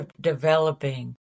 developing